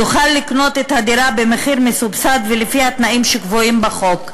יוכל לקנות את הדירה במחיר מסובסד ולפי התנאים הקבועים בחוק.